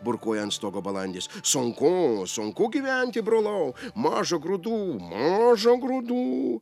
burkuoja ant stogo balandis sunku sunku gyventi brolau maža grūdų maža grūdų